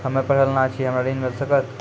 हम्मे पढ़ल न छी हमरा ऋण मिल सकत?